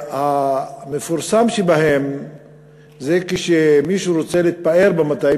המפורסם שבהם זה שכשמישהו רוצה להתפאר במטעים